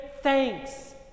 thanks